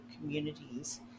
communities